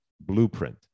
blueprint